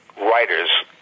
writers